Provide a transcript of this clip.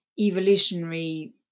evolutionary